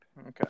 Okay